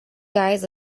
guys